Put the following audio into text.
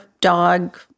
dog